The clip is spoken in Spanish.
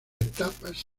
etapas